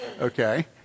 okay